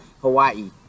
Hawaii